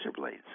blades